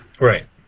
Right